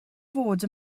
fod